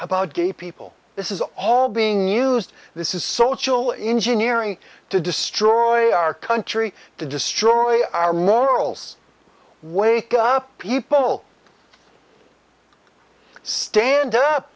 about gay people this is all being used this is so chill engineering to destroy our country to destroy our morals wake up people stand up